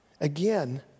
again